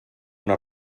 una